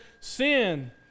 sin